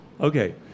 Okay